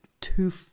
two